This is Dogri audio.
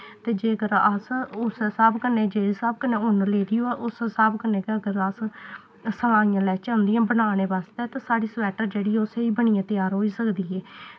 ते जेकर अस उस स्हाब कन्नै जिस स्हाब कन्नै उन्न लेदी होऐ उस स्हाब कन्नै गै अगर अस सलाइयां लैच्चे उंदियां बनाने बास्तै ते साढ़ी स्वैट्टर जेह्ड़ी ऐ ओह् स्हेई बनियै त्यार होई सकदी ऐ